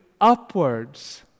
upwards